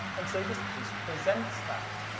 and so this piece presents that,